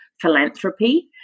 philanthropy